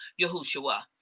Yahushua